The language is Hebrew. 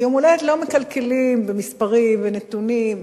ויום-הולדת לא מקלקלים במספרים ונתונים,